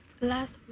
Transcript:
Last